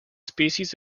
species